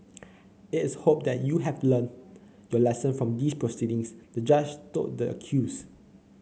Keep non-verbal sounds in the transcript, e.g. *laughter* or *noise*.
*noise* it is hoped that you have learnt your lesson from these proceedings the Judge told the accused